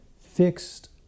fixed